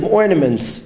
ornaments